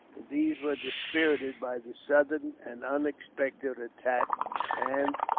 but these were dispirited by the sudden and unexpected attack and,